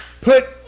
put